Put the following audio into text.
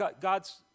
God's